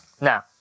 Now